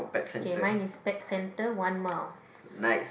okay mine is pet centre one mouse